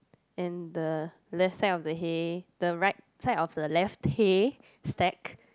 and the left side of the hay the right side of the left hay stack